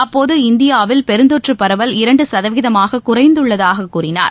அப்போது இந்தியாவில் பெருந்தொற்று பரவல் இரண்டு சதவீதமாக குறைந்துள்ளதாக கூறினார்